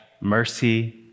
mercy